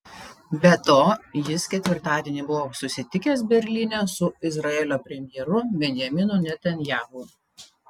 be to jis ketvirtadienį buvo susitikęs berlyne su izraelio premjeru benjaminu netanyahu